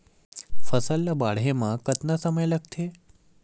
फसल ला बाढ़े मा कतना समय लगथे?